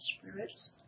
spirits